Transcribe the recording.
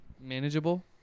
manageable